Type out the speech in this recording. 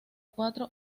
cuatro